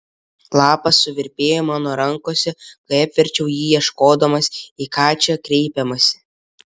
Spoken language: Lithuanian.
lapas suvirpėjo mano rankose kai apverčiau jį ieškodamas į ką čia kreipiamasi